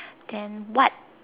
then what